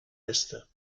est